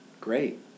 Great